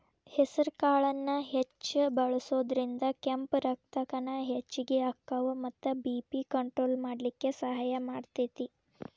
ಹೆಸರಕಾಳನ್ನ ಹೆಚ್ಚ್ ಬಳಸೋದ್ರಿಂದ ಕೆಂಪ್ ರಕ್ತಕಣ ಹೆಚ್ಚಗಿ ಅಕ್ಕಾವ ಮತ್ತ ಬಿ.ಪಿ ಕಂಟ್ರೋಲ್ ಮಾಡ್ಲಿಕ್ಕೆ ಸಹಾಯ ಮಾಡ್ತೆತಿ